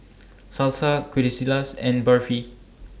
Salsa and Barfi